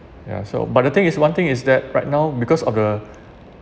ya so but the thing is one thing is that right now because of the